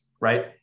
right